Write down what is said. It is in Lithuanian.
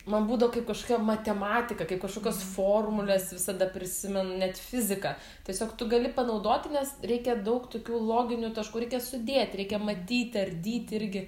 man būdo kaip kažkokia matematika kaip kažkokios formulės visada prisimenu net fiziką tiesiog tu gali panaudoti nes reikia daug tokių loginių taškų reikia sudėt reikia matyti ardyti irgi